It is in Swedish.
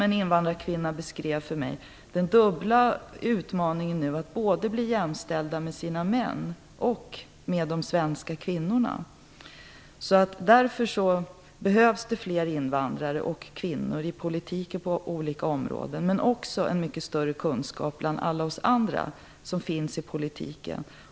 En invandrarkvinna beskrev för mig att de nu har en dubbel utmaning, nämligen att bli jämställda både med sina män och med de svenska kvinnorna. Därför behövs det fler invandrare och kvinnor i politiken och på andra områden, men också en mycket större kunskap bland alla oss andra som verkar i politiken.